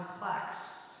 complex